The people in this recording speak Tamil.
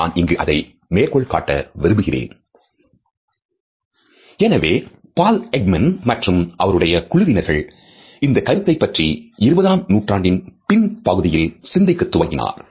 நான் இங்கு அதை மேற்கோள் காட்ட விரும்புகிறேன் " எனவே Paul Ekman மற்றும் அவருடைய குழுவினர்கள் இந்த கருத்தைப் பற்றி இருபதாம் நூற்றாண்டின் பின் பகுதியில் சிந்திக்கத் துவங்கினார்